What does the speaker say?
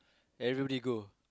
everybody go